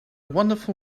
wonderful